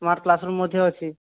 smart classroom ମଧ୍ୟ ଅଛି